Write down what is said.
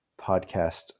podcast